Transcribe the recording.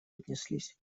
отнеслись